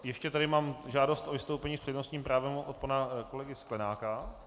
Ještě tady mám žádost o vystoupení s přednostním právem od pana kolegy Sklenáka.